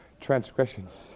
transgressions